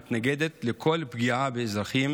מתנגדת לכל פגיעה באזרחים,